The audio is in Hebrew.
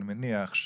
אני מניח,